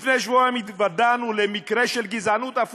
לפני שבועיים התוודענו למקרה הפוך של גזענות,